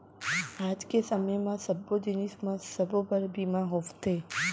आज के समे म सब्बो जिनिस म सबो बर बीमा होवथे